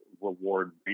reward